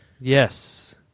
yes